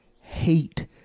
hate